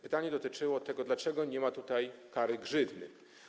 Pytanie dotyczyło tego, dlaczego nie ma tutaj kary grzywny.